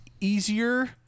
easier